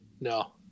No